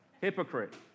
Hypocrite